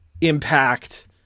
Impact